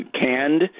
canned